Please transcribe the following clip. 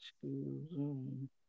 Zoom